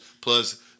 Plus